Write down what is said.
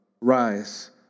Rise